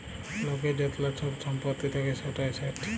লকের য্তলা ছব ছম্পত্তি থ্যাকে সেট এসেট